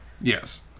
Yes